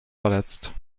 verletzt